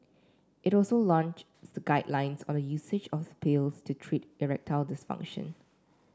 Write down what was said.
it will also launch guidelines on the usage of pills to treat erectile dysfunction